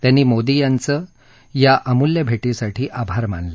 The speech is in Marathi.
त्यांनी मोदी यांचे या अमूल्य भेटीसाठी आभार मानले